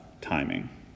timing